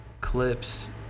Clips